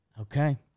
Okay